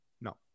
No